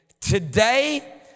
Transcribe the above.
Today